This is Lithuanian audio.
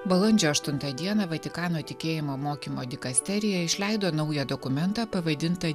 balandžio aštuntą dieną vatikano tikėjimo mokymo dikasterija išleido naują dokumentą pavadintą